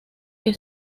que